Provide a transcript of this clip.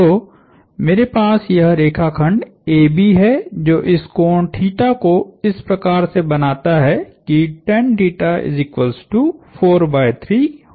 तो मेरे पास यह रेखाखंड AB है जो इस कोणको इस प्रकार से बनाता है कि होता है